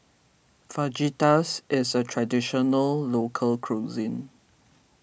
Fajitas is a Traditional Local Cuisine